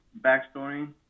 backstory